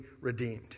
redeemed